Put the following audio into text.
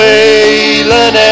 Waylon